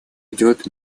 идет